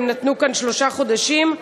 הם נתנו כאן שלושה חודשים,